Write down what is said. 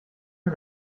and